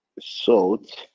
salt